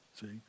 see